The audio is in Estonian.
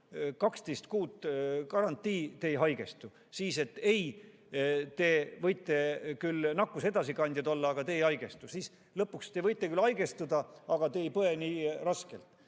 12 kuud garantii, et te ei haigestu. Siis, et ei, te võite küll nakkuse edasikandjad olla, aga te ei haigestu. Siis lõpuks, te võite küll haigestuda, aga te ei põe nii raskelt.